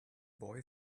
boy